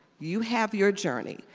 you have your journey,